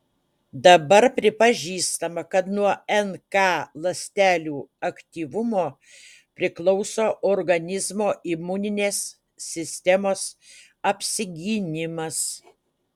dabar pripažįstama kad nuo nk ląstelių aktyvumo priklauso organizmo imuninės sistemos apsigynimas